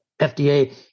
FDA